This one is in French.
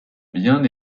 bien